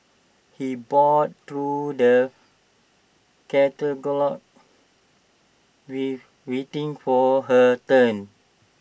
he browsed through the catalogues waiting for her turn